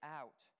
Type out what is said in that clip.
out